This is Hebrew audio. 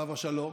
עליו השלום,